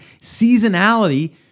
seasonality